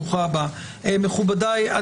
מכובדיי,